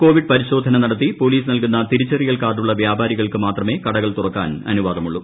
Covid പരിശോധന നടത്തി police നൽകുന്ന തിരിച്ചറിയൽ കാർഡുള്ള വ്യാപാരികൾക്ക് മാത്രമേ കടകൾ തുറക്കാൻ അനുവാദമുള്ളൂ